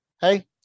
Hey